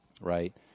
right